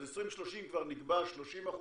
אז 2030 כבר נקבע 30%,